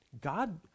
God